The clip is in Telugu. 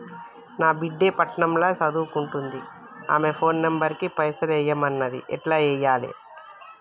నా బిడ్డే పట్నం ల సదువుకుంటుంది ఆమె ఫోన్ నంబర్ కి పైసల్ ఎయ్యమన్నది ఎట్ల ఎయ్యాలి?